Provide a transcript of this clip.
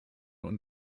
und